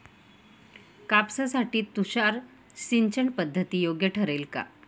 कापसासाठी तुषार सिंचनपद्धती योग्य ठरेल का?